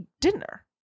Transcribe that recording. dinner